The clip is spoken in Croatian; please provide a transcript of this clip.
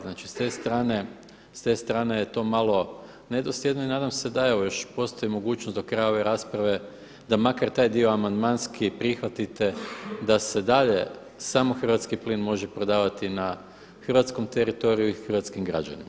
Znači s te strane je to malo nedosljedno i nada se evo postoji mogućnost do kraja ove rasprave da makar taj dio amandmanski prihvatite da se dalje samo hrvatski plin može prodavati na hrvatskom teritoriju i hrvatskim građanima.